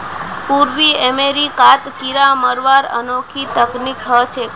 पूर्वी अमेरिकात कीरा मरवार अनोखी तकनीक ह छेक